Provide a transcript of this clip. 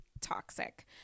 toxic